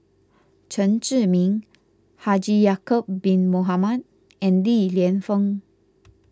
Chen Zhiming Haji Ya'Acob Bin Mohamed and Li Lienfung